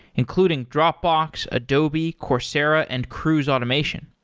including dropbox, adobe, coursera and cruise automation.